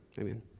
Amen